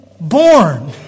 born